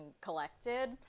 collected